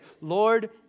Lord